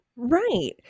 Right